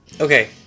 Okay